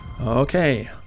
Okay